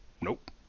nope